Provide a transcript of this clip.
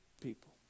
people